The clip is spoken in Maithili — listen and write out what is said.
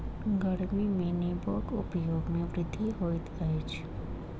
गर्मी में नेबोक उपयोग में वृद्धि होइत अछि